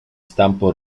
stampo